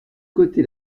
côté